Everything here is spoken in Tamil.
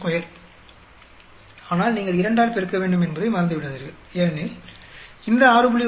452 ஆனால் நீங்கள் 2 ஆல் பெருக்க வேண்டும் என்பதை மறந்துவிடாதீர்கள் ஏனெனில் இந்த 6